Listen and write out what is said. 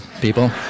people